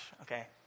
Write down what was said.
okay